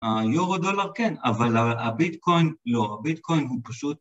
היורו דולר כן, אבל הביטקוין לא, הביטקוין הוא פשוט